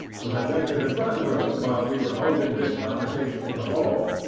who had been in the front room while we were holding this conversation in the hall,